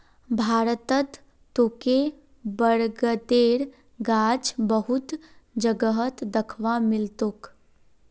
भारतत तोके बरगदेर गाछ बहुत जगहत दख्वा मिल तोक